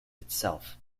itself